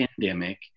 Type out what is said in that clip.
pandemic